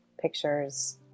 pictures